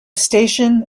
station